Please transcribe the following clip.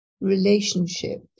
relationship